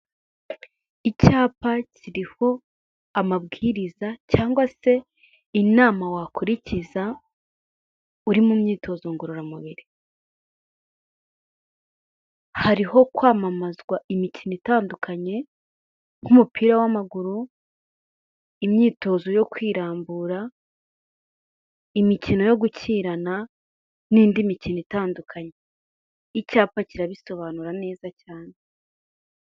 Icyapa kiriho amabwiriza se inama wakurikiza uri mu myitozo ngororamubiri, hariho kwamamazwa imikino itandukanye nk'umupira w'amaguru, imyitozo yo kwirambura, imikino yo gukirana n'indi mikino itandukanye, icyapa kirabisobanura neza cyane.